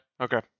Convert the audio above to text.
okay